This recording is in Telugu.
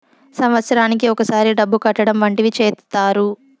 సంవత్సరానికి ఒకసారి డబ్బు కట్టడం వంటివి చేత్తారు